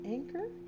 Anchor